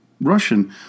Russian